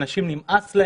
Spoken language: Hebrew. לאנשים נמאס.